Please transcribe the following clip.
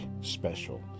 special